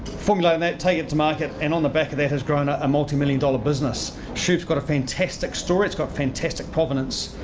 formulated on that, take it to market and on the back of that has grown ah a multimillion dollar business. shoof's got a fantastic story. it's got fantastic provenance.